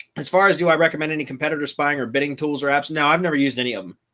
as far as do i recommend any competitors buying or bidding tools or apps now i've never used any of them.